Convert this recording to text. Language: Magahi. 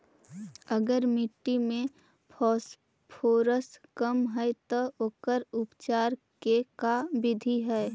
अगर मट्टी में फास्फोरस कम है त ओकर उपचार के का बिधि है?